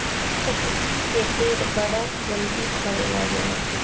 पपीता के पेड़ बड़ा जल्दी फरे लागेला